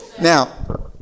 Now